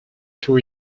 two